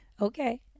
Okay